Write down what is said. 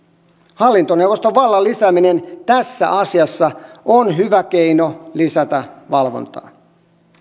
hallintoneuvoston vallan lisääminen tässä asiassa on hyvä keino lisätä valvontaa